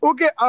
Okay